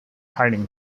hiding